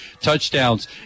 touchdowns